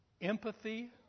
empathy